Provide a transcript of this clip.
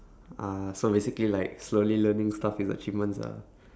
ah so basically like slowly learning stuff is achievements lah